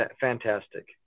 Fantastic